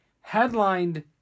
headlined